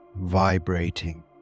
vibrating